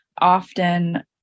often